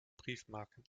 briefmarken